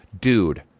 Dude